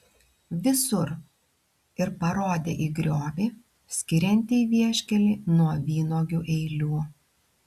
visur ir parodė į griovį skiriantį vieškelį nuo vynuogių eilių